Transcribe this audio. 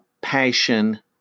passion